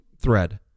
thread